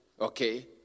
Okay